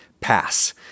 pass